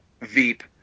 Veep